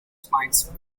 spines